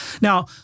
Now